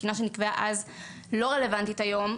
התקינה שנקבעה אז לא רלוונטית היום,